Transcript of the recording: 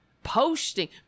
Posting